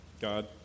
God